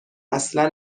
اصلا